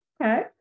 Okay